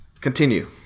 Continue